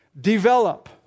Develop